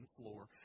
floor